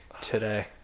today